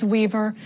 Weaver